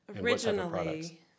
originally